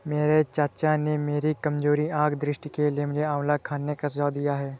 मेरे चाचा ने मेरी कमजोर आंख दृष्टि के लिए मुझे आंवला खाने का सुझाव दिया है